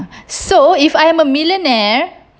so if I am a millionaire